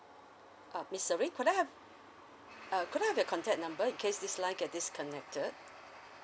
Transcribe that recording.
uh miss serene could I have uh could I have your contact number in case this line get disconnected